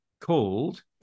called